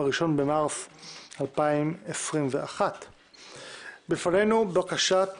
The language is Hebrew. ה-1 במרץ 2021. בפנינו בקשת